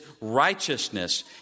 righteousness